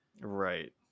Right